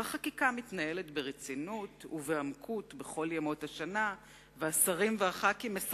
והחקיקה מתנהלת ברצינות ובעמקות בכל ימות השנה והשרים וחברי הכנסת